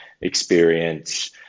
experience